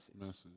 Message